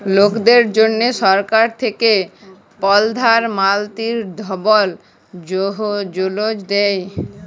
লকদের জ্যনহে সরকার থ্যাকে পরধাল মলতিরি ধল যোজলা দেই